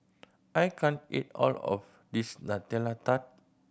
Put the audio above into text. I can't eat all of this Nutella Tart